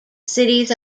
cities